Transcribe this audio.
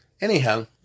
Anyhow